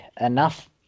enough